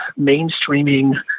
mainstreaming